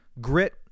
grit